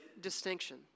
distinction